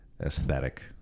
aesthetic